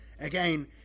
Again